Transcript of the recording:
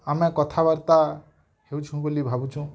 ଆମେ କଥାବାର୍ତ୍ତା ହେଉଛୁଁ ବୋଲି ଭାବୁଛୁଁ